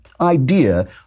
idea